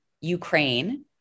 Ukraine